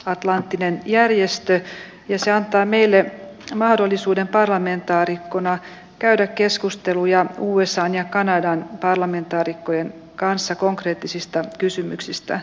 atlanttinen järjestö ja se antaa meille mahdollisuuden parlamentaarikkona käydä konfliktförebyggande och konfliktlösning är kärnan i dess verksamhet